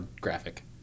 graphic